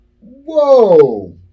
Whoa